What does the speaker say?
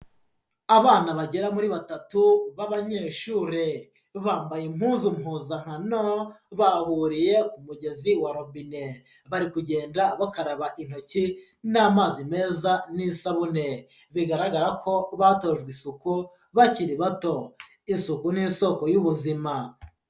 Abana bagera muri batatu b'abanyeshuri, bambaye impunzu mpuzankano, bahuriye ku mugezi wa robine, bari kugenda bakaraba intoki n'amazi meza n'isabune, bigaragara ko batojwe isuku bakiri bato, isuku ni isoko y'ubuzima.